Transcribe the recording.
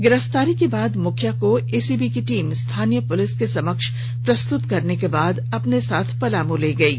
गिरफ्तारी के बाद मुखिया को एसीबी की टीम स्थानीय पुलिस के समक्ष प्रस्तृत करने के बाद अपने साथ पलामू ले गयी